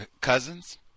cousins